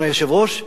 אדוני היושב-ראש,